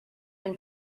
been